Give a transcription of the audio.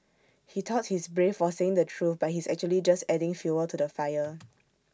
he thought he is brave for saying the truth but he is actually just adding fuel to the fire